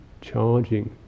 charging